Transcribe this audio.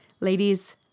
Ladies